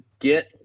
get